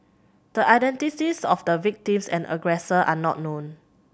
the identities of the victim and aggressor are not known